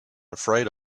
afraid